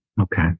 Okay